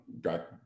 got